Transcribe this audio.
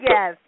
Yes